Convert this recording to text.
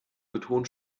betonen